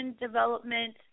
development